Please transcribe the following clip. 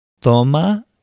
Toma